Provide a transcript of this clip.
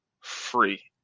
free